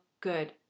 good